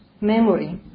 memory